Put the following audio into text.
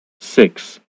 Six